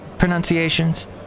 pronunciations